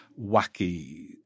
wacky